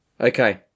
Okay